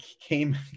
came